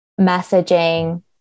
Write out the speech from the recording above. messaging